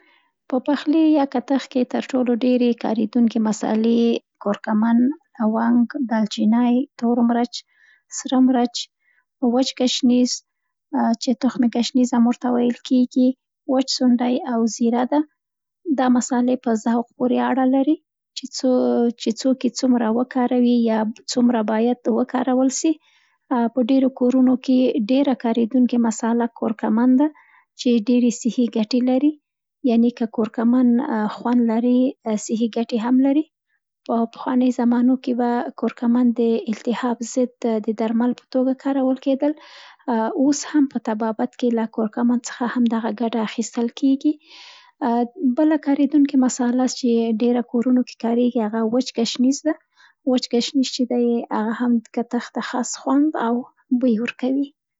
. په پخلي یا کتغ کې ټر ټولو ډېرې کارېدونکي مصالې کورکمن، لونګ، دال چینی، تور مرچ، سره مرچ، وچ ګشنیز آ چې تخم ګشنیز هم ورته ویل کېږي، وچ سونډی او زیره ده دا مصالې په ذوق پورې اړه لري چې څوو چې څوک یې څومره وکاروي یا څومره باید او کارول سي. په ډېرو کورونو کې ډیره کارېدونکي مصاله کورکمن ده چې ډیرې صحي ګټي لري. یعنې که کورکمن خوند لري صحي ګټي هم لري. په پخوانۍ زمانو کې به کورکمن د التهاب .ضد د درمل په توګه کارول کېده. اوس هم په طبایت کې له کورکمن څخه همدغه ګټه اخیستل کېږي. بله کارېدونکي مصاله چې ډېره کورونو کې کاریږي، هغه وچ ګشنیز ده، وچ ګشنیز چی دی هغه هم کتغ ته خوند او بوی ورکوي